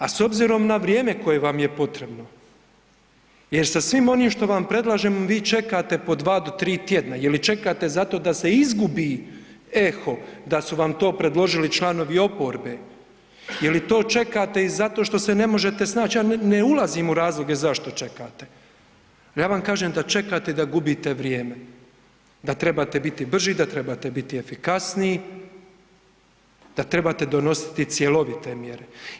A s obzirom na vrijeme koje vam je potrebno jer sa svim onim što vam predlažemo vi čekate po 2 do 3 tjedna, je li čekate zato da se izgubi eho da su vam to predložili članovi oporbe, je li to čekate i zato što se ne možete snaći, ja ne ulazim u razloge zašto čekate, ali ja vam kažem da čekate i da gubite vrijeme, da trebate biti brži, da trebate biti efikasniji, da trebate donositi cjelovite mjere.